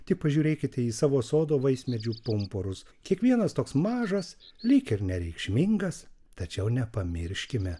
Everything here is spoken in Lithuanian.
tik pažiūrėkite į savo sodo vaismedžių pumpurus kiekvienas toks mažas lyg ir nereikšmingas tačiau nepamirškime